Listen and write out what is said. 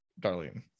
Darlene